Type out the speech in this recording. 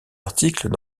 articles